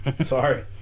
Sorry